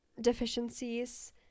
deficiencies